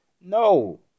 no